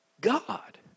God